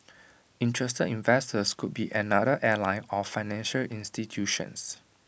interested investors could be another airline or financial institutions